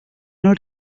non